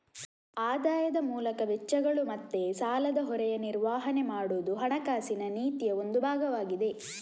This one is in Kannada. ಆದಾಯದ ಮೂಲಕ ವೆಚ್ಚಗಳು ಮತ್ತೆ ಸಾಲದ ಹೊರೆಯ ನಿರ್ವಹಣೆ ಮಾಡುದು ಹಣಕಾಸಿನ ನೀತಿಯ ಒಂದು ಭಾಗವಾಗಿದೆ